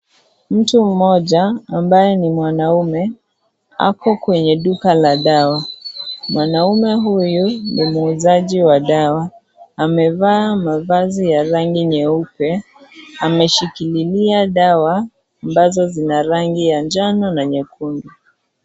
Mtu mmoja ambaye ni mwanaume ,ako kwenye duka la dawa. Mwanaume huyu ni muuzaji wa dawa amevaa mavazi ya rangi nyeupe , ameshikililia dawa ambazo zina rangi ya njano na nyekundu.